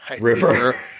river